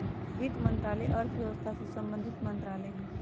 वित्त मंत्रालय अर्थव्यवस्था से संबंधित मंत्रालय हइ